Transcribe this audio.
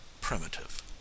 Primitive